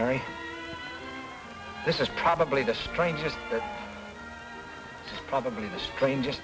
right this is probably the strangest probably the strangest